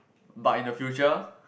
but in the future